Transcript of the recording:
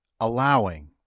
Allowing